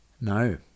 No